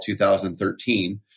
2013